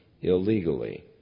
illegally